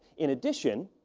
in addition,